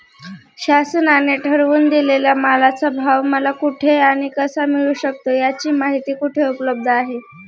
शासनाने ठरवून दिलेल्या मालाचा भाव मला कुठे आणि कसा मिळू शकतो? याची माहिती कुठे उपलब्ध आहे?